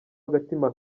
agatima